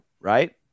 right